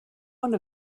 one